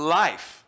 life